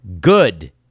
good